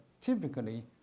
typically